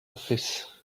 office